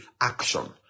action